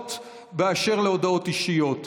שעות באשר להודעות אישיות.